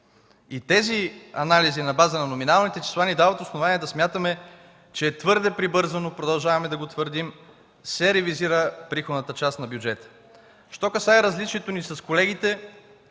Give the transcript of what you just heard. Тези анализи на база на номиналните числа ни дават основание да смятаме, че твърде прибързано, продължаваме да го твърдим, се ревизира приходната част на бюджета. Що се отнася до различието ни с колегите